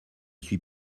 suis